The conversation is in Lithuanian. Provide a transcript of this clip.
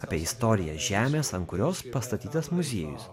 apie istoriją žemės ant kurios pastatytas muziejus